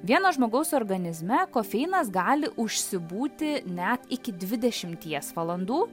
vieno žmogaus organizme kofeinas gali užsibūti net iki dvidešimties valandų